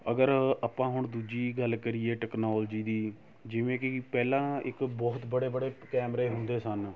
ਅਗਰ ਆਪਾਂ ਹੁਣ ਦੂਜੀ ਗੱਲ ਕਰੀਏ ਟਕਨੋਲਜੀ ਦੀ ਜਿਵੇਂ ਕਿ ਪਹਿਲਾਂ ਇੱਕ ਬਹੁਤ ਬੜੇ ਬੜੇ ਕੈਮਰੇ ਹੁੰਦੇ ਸਨ